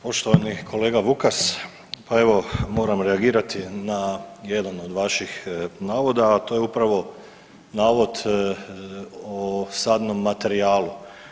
Poštovani kolega Vukas, pa evo moram reagirati na jedan od vaših navoda, a to je upravo navod o sadnom materijalu.